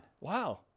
Wow